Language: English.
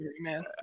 man